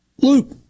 Luke